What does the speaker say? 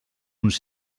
uns